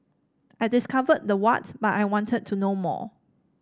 I discovered the what but I wanted to know more